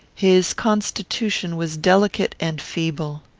his constitution was delicate and feeble.